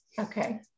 Okay